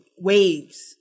Waves